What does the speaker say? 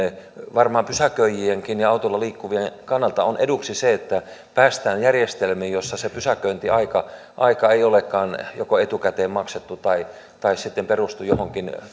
varmaan pysäköijienkin ja autolla liikkuvien kannalta on eduksi se että päästään järjestelmiin joissa se pysäköintiaika ei olekaan joko etukäteen maksettu tai tai perustu johonkin